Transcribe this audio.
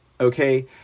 Okay